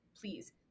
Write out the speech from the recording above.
please